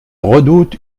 redoute